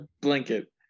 blanket